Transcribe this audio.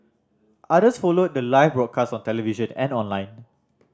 others followed the live broadcast on television and online